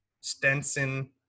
Stenson